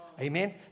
Amen